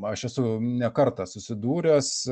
aš esu ne kartą susidūręs